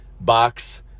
box